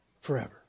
forever